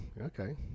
okay